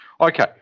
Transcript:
Okay